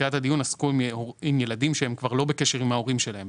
עסקו בילדים שהם כבר לא בקשר עם ההורים שלהם,